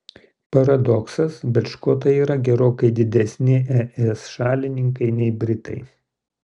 paradoksas bet škotai yra gerokai didesni es šalininkai nei britai